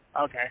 okay